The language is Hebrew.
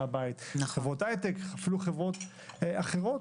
הבית וכך גם בחברות הייטק ואפילו בחברות אחרות